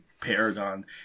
Paragon